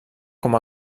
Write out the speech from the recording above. com